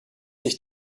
sich